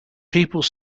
people